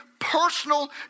personal